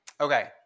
Okay